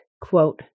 quote